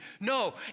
No